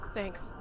Thanks